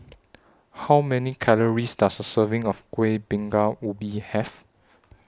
How Many Calories Does A Serving of Kuih Bingka Ubi Have